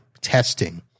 testing